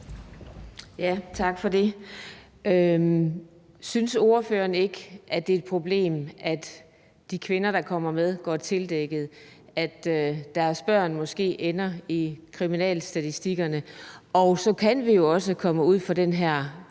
Tak for det. Synes ordføreren ikke, at det er et problem, at de kvinder, der kommer med, går tildækkede; at deres børn måske ender i kriminalstatistikkerne? Vi kan jo også komme ud for den her